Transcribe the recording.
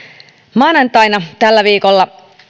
maanantaina tällä viikolla